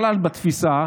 בכלל בתפיסה,